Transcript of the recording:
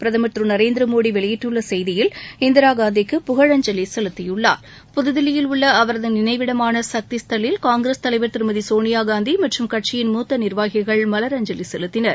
பிரதமர் திரு நரேந்திர மோடி வெளியிட்டுள்ள செய்தியில் இந்திராகாந்திக்கு புகழஞ்சலி செலுத்தியுள்ளார் புதுதில்லியில் உள்ள அவரது நினைவிடமான சக்தி ஸ்தல்லில் காங்கிரஸ் தலைவர் திருமதி சோனியாகாந்தி மற்றும் கட்சியின் மூத்த நிர்வாகிகள் மலரஞ்சலி செலுத்தினர்